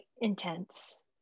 intense